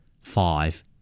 Five